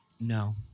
no